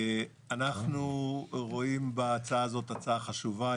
אנחנו רואים בהצעת החוק הזאת הצעה חשובה,